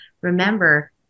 remember